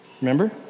Remember